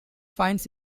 finds